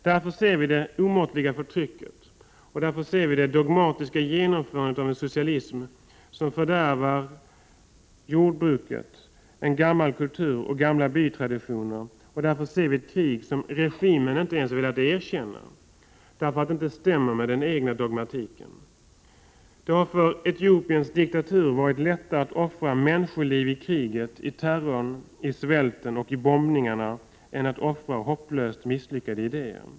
Därför ser vi det omåttliga förtrycket, därför ser vi det dogmatiska genomförandet av en socialism som fördärvar jordbruk, en gammal kultur och gamla bytraditioner och därför ser vi ett krig som regimen inte ens velat erkänna, därför att det inte stämmer med den egna dogmatiken. Det har för Etiopiens diktatur varit lättare att offra människoliv i kriget, i terrorn, i svälten och i bombningarna än att offra hopplöst misslyckade idéer.